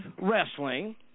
wrestling